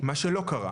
מה שלא קרה,